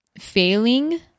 failing